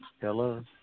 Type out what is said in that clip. Hello